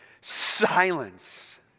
Silence